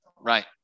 right